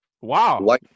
Wow